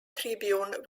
tribune